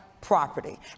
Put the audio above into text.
property